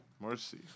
mercy